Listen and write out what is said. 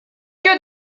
que